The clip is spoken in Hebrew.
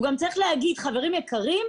הוא גם צריך להגיד: חברים יקרים,